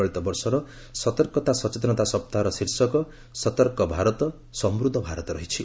ଚଳିତ ବର୍ଷର ସତର୍କତା ସଚେତନତା ସପ୍ତାହର ଶୀର୍ଷକ 'ସତର୍କ ଭାରତ ସମୃଦ୍ଧ ଭାରତ' ରହିଛି